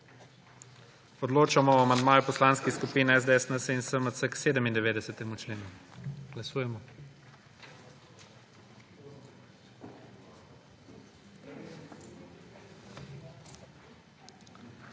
Odločamo o amandmaju poslanskih skupin SDS, NSi in SMC k 97. členu. Glasujemo.